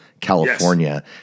California